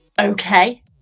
okay